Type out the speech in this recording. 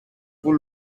vous